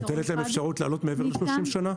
את נותנת להם אפשרות לעלות מעבר ל-30 שנה?